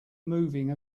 moving